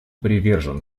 привержен